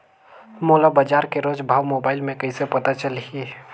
मोला बजार के रोज भाव मोबाइल मे कइसे पता चलही?